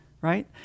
right